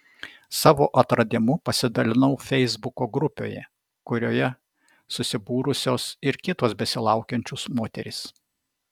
savo atradimu pasidalinau feisbuko grupėje kurioje susibūrusios ir kitos besilaukiančios moterys